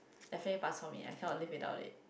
definitely bak-chor-mee I cannot live without it